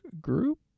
group